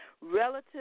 Relative